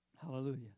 Hallelujah